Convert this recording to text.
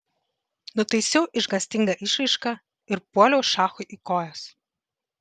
nutaisiau išgąstingą išraišką ir puoliau šachui į kojas